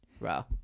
Wow